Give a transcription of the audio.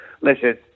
listen